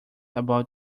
about